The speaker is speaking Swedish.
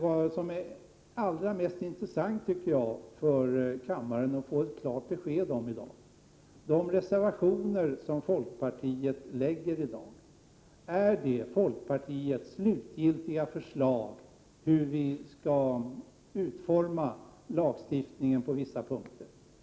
; Vad som vore allra mest intressant för kammaren att i dag få ett klart besked om, är enligt min uppfattning huruvida de reservationer som folkpartiet nu avger är att anse som folkpartiets slutgiltiga förslag om hur lagstiftningen på vissa punkter skall utformas.